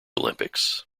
olympics